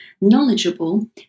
knowledgeable